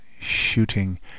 shooting